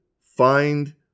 find